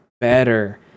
better